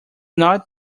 not